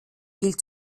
viel